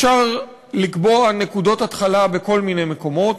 אפשר לקבוע נקודות התחלה בכל מיני מקומות.